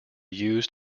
used